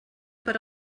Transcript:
per